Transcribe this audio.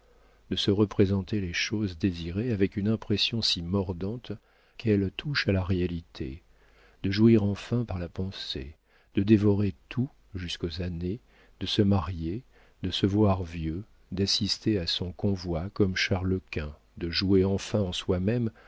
de se représenter les choses désirées avec une impression si mordante qu'elle touche à la réalité de jouir enfin par la pensée de dévorer tout jusqu'aux années de se marier de se voir vieux d'assister à son convoi comme charles-quint de jouer enfin en soi-même